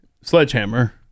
sledgehammer